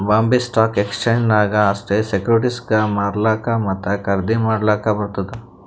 Bombay stock exchange ನಾಗ್ ಅಷ್ಟೇ ಸೆಕ್ಯೂರಿಟಿಸ್ಗ್ ಮಾರ್ಲಾಕ್ ಮತ್ತ ಖರ್ದಿ ಮಾಡ್ಲಕ್ ಬರ್ತುದ್